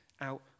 out